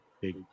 Big